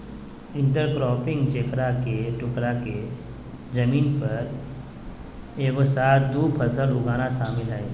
intercropping जेकरा एक ही टुकडा के जमीन पर एगो साथ दु फसल उगाना शामिल हइ